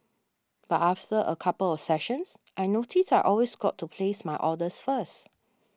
but after a couple of sessions I noticed I always got to place my orders first